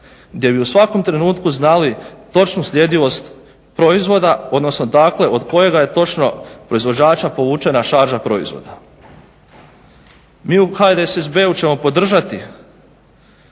gdje bi u svakom trenutku znali točnu sljedivost proizvoda odnosno dakle od kojega je točno proizvođača povučena šarža proizvoda. Mi u HDSSB-u ćemo podržati